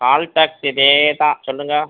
கால் taxi இதேதான் சொல்லுங்க